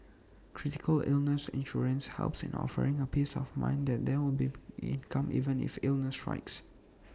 critical illness insurance helps in offering A peace of mind that there will be income even if illnesses strikes